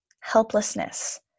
Helplessness